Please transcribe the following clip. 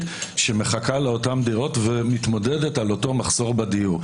שמחכה לאותן דירות ומתמודדת על אותו מחסור בדיור.